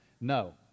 no